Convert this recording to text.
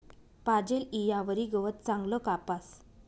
पाजेल ईयावरी गवत चांगलं कापास